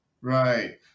Right